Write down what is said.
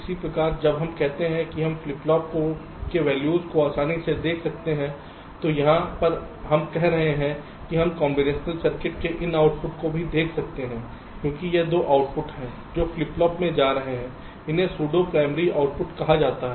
इसी प्रकार जब हम कहते हैं कि हम फ्लिप फ्लॉप के वैल्यूज को आसानी से देख सकते हैं तो यहाँ पर हम कह रहे हैं कि हम कॉम्बिनेशन सर्किट के इन आउटपुट को भी देख सकते हैं क्योंकि यह दो आउटपुट है जो फ्लिप फ्लॉप में जा रहे हैं इन्हें सुडो प्राइमरी आउटपुट कहा जाता है